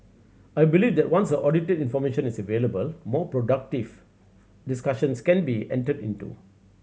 I believe that once audited information is available more productive discussions can be entered into